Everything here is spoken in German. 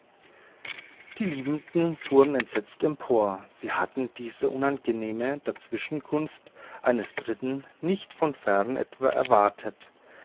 die liebenden fuhren entsetzt empor sie hatten diese unangenehme dazwischenkunft eines dritten nicht von fern erwartet